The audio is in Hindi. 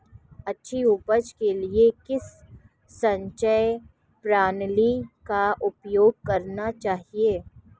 अच्छी उपज के लिए किस सिंचाई प्रणाली का उपयोग करना चाहिए?